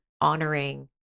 honoring